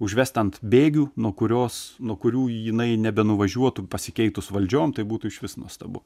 užvest ant bėgių nuo kurios nuo kurių jinai nebenuvažiuotų pasikeitus valdžiom tai būtų išvis nuostabu